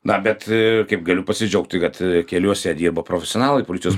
na bet kaip galiu pasidžiaugti kad keliuose dirba profesionalai policijos